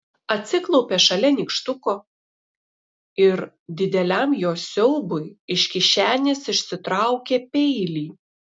atsiklaupė šalia nykštuko ir dideliam jo siaubui iš kišenės išsitraukė peilį